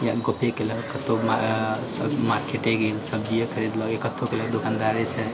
या गपे केलक या मार्केटे गेल सब्जिये खरीदलक या कतहुँ दुकानदारेसँ